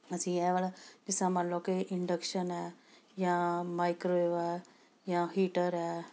ਅਸੀਂ ਇਹ ਵਾਲਾ ਹਿੱਸਾ ਮੰਨ ਲਓ ਕਿ ਇੰਡਕਸ਼ਨ ਹੈ ਜਾਂ ਮਾਈਕ੍ਰੋਵੇਵ ਆ ਜਾਂ ਹੀਟਰ ਹੈ